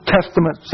Testament